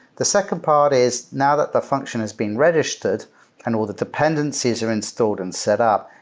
the second part is now that the function has been registered and all the dependencies are installed and set up,